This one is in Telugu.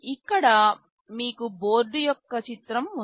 ఇక్కడ మీకు బోర్డు యొక్క చిత్రం ఉంది